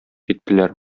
киттеләр